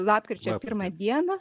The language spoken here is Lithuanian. lapkričio pirmą dieną